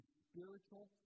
spiritual